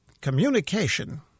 communication